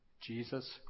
Jesus